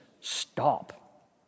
stop